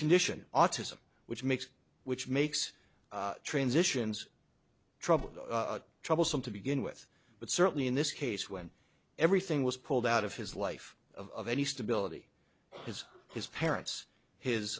condition autism which makes which makes transitions troubled troublesome to begin with but certainly in this case when everything was pulled out of his life of any stability because his parents his